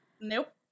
Nope